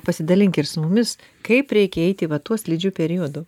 pasidalink ir su mumis kaip reikia eiti va tuo slidžiu periodu